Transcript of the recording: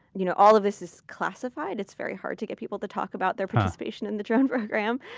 you know all of this is classified. it's very hard to get people to talk about their participation in the drone program.